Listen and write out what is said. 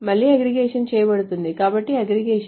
మళ్లీ అగ్రిగేషన్ చేయబడుతుంది కాబట్టి అగ్రిగేషన్